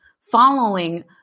following